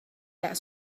that